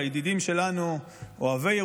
הידידים שלנו, אוהבי ירושלים,